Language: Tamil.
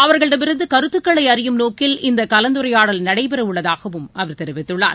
அவர்களிடமிருந்துகருத்துக்களைஅறியும் நோக்கில் இந்தகலந்துரையாடல் நடைபெறவுள்ளதாகவும் அவர் தெரிவித்துள்ளார்